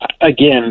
Again